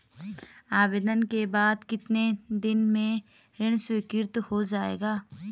आवेदन के बाद कितने दिन में ऋण स्वीकृत हो जाएगा?